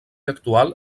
actual